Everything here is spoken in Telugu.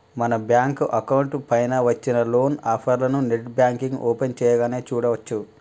మన బ్యాంకు అకౌంట్ పైన వచ్చిన లోన్ ఆఫర్లను నెట్ బ్యాంకింగ్ ఓపెన్ చేయగానే చూడచ్చు